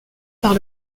par